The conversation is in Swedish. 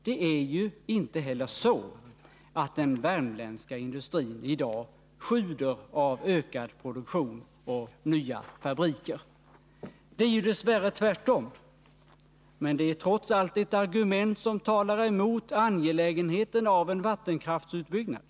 Det är ju inte heller så att den värmländska industrin i dag sjuder av ökad produktion och nya fabriker. Det är dess värre tvärtom, men det är trots allt ett argument som talar emot angelägenheten av en vattenkraftsutbyggnad.